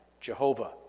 Jehovah